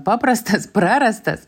paprastas prarastas